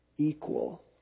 equal